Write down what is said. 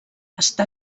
està